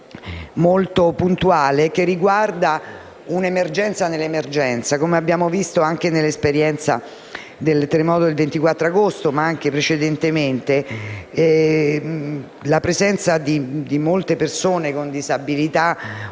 molto puntuale e riguarda un'emergenza nell'emergenza. Come abbiamo visto nell'esperienza del terremoto del 24 agosto, ma anche precedentemente, la presenza di molte persone con disabilità